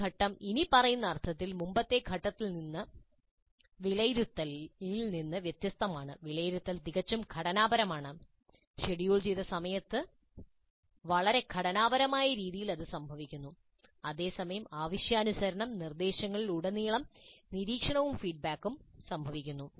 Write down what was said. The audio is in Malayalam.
ഈ ഘട്ടം ഇനിപ്പറയുന്ന അർത്ഥത്തിൽ മുമ്പത്തെ ഘട്ടത്തിൽ നിന്ന് വിലയിരുത്തൽ വ്യത്യസ്തമാണ് വിലയിരുത്തൽ തികച്ചും ഘടനാപരമാണ് ഷെഡ്യൂൾ ചെയ്ത സമയങ്ങളിൽ ഇത് വളരെ ഘടനാപരമായ രീതിയിൽ സംഭവിക്കുന്നു അതേസമയം ആവശ്യാനുസരണം നിർദ്ദേശങ്ങളിൽ ഉടനീളം നിരീക്ഷണവും ഫീഡ്ബാക്കും സംഭവിക്കുന്നു